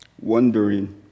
wondering